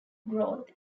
growth